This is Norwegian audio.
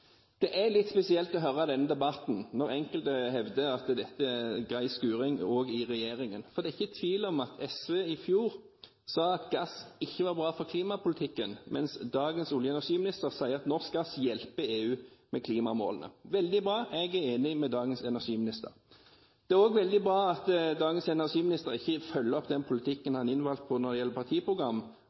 det blir et regjeringsskifte. Det er litt spesielt å høre denne debatten, når enkelte hevder at dette er grei skuring også i regjeringen. Det er ikke tvil om at SV i fjor sa at gass ikke var bra for klimapolitikken, mens dagens olje- og energiminister sier at norsk gass hjelper EU med klimamålene. Det er veldig bra. Jeg er enig med dagens energiminister. Det er også veldig bra at dagens energiminister ikke følger opp den politikken som han ble innvalgt på når det gjelder partiprogram,